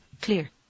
clear